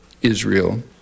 Israel